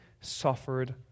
suffered